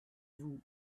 vous